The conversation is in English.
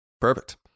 Perfect